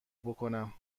بکنم